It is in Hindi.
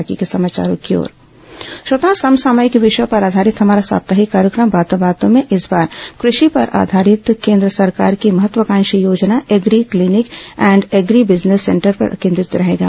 बातों बातों में समसामयिक विषयों पर आधारित हमारा साप्ताहिक कार्यक्रम बातों बातों में इस बार कृषि पर आधारित केंद्र सरकार की महत्वाकांक्षी योजना agri clinic and agri business centre पर केंद्रित रहेगा